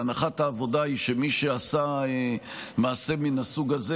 והנחת העבודה היא שמי שעשה מעשה מן הסוג הזה